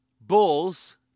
bulls